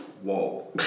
Whoa